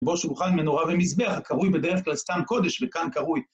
בו שולחן מנורה ומזבח, קרוי בדרך כלל סתם קודש, וכאן קרוי.